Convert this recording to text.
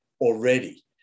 already